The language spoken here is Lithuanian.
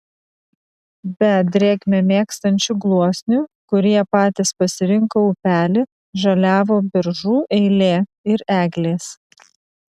be drėgmę mėgstančių gluosnių kurie patys pasirinko upelį žaliavo beržų eilė ir eglės